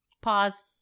Pause